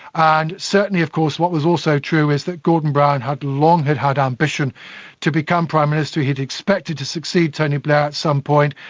and certainly of course what was also true was that gordon brown had long had had ambition to become prime minister. he had expected to succeed tony blair at some point,